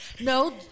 No